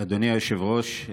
אדוני היושב-ראש,